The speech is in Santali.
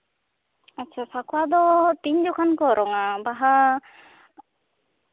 ᱟᱪᱪᱷᱟ ᱥᱟᱠᱣᱟ ᱫᱚ ᱛᱤᱱ ᱡᱚᱠᱷᱚᱱ ᱠᱚ ᱚᱨᱚᱝᱼᱟ ᱵᱟᱦᱟ